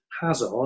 Hazard